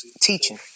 teaching